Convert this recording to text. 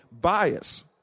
bias